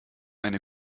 eine